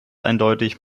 eindeutig